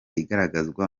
igaragazwa